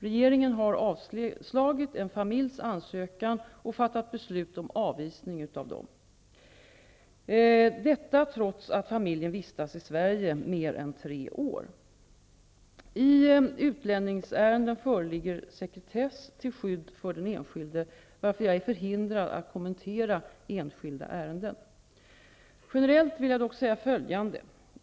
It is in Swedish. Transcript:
Regeringen har avslagit en familjs asylansökan och fattat beslut om avvisning av dem, detta trots att familjen vistats i Sverige mer än tre år. I utlänningsärenden föreligger sekretess till skydd för den enskilde, varför jag är förhindrad att kommentera enskilda ärenden. Generellt vill jag dock säga följande.